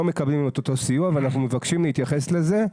מקבלים את אותו סיוע ואנחנו מבקשים להתייחס לזה.